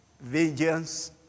vengeance